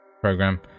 program